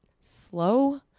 slow